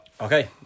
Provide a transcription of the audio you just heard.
Okay